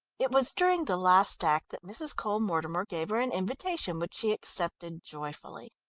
it was during the last act that mrs. cole-mortimer gave her an invitation which she accepted joyfully.